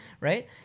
right